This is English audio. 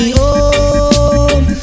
home